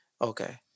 okay